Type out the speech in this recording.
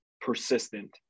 persistent